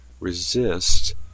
resist